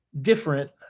different